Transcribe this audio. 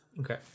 Okay